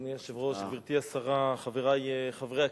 אדוני היושב-ראש, גברתי השרה, חברי חברי הכנסת,